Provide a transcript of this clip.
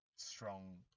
strong